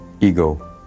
Ego